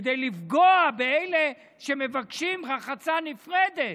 לפגוע באלה שמבקשים רחצה נפרדת